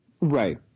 Right